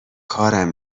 کارم